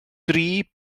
dri